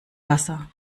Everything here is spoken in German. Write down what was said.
wasser